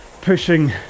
pushing